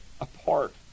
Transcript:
apart